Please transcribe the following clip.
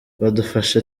badufashe